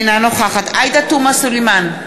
אינה נוכחת עאידה תומא סלימאן,